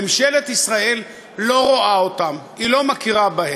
ממשלת ישראל לא רואה אותם, היא לא מכירה בהם.